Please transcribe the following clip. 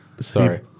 Sorry